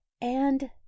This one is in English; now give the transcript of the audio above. And